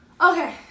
Okay